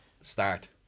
start